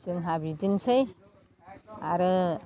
जोंहा बिदिनोसै आरो